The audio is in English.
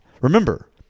Remember